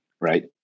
right